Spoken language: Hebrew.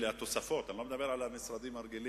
אלה התוספות אני לא מדבר על המשרדים הרגילים,